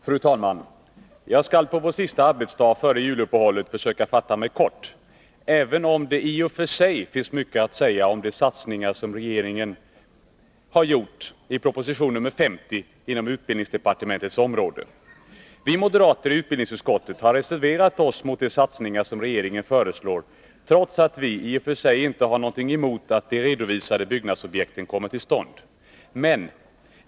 Fru talman! Jag skall på vår sista arbetsdag före juluppehållet försöka fatta mig kort, även om det i och för sig finns mycket att säga om de satsningar som regeringen har gjort i proposition nr 50 inom utbildningsdepartementets område. Vi moderater i utbildningsutskottet har reserverat oss mot de satsningar som regeringen föreslår, trots att vi i och för sig inte har något emot att de redovisade byggnadsobjekten kommer till stånd.